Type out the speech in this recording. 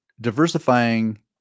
diversifying